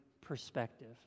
perspective